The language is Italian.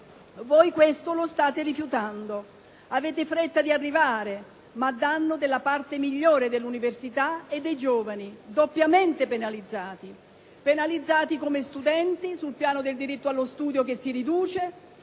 Voi questo lo state rifiutando. Avete fretta di arrivare, ma a danno della parte migliore dell'università e dei giovani, doppiamente penalizzati: penalizzati come studenti, sul piano del diritto allo studio che si riduce,